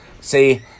See